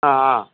ஆ ஆ